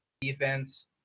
defense